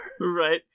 Right